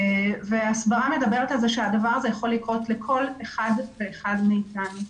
ההסברה מדברת על זה שהדבר הזה יכול לקרות לכל אחד ואחד מאיתנו.